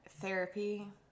therapy